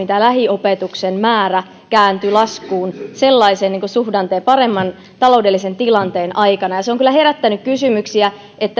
tämä lähiopetuksen määrä kääntyi laskuun sellaisen suhdanteen paremman taloudellisen tilanteen aikana ja se on kyllä herättänyt kysymyksiä